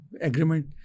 agreement